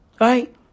Right